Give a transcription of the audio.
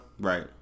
Right